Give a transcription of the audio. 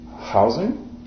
housing